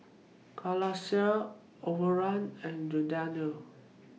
Calacara Overrun and Giordano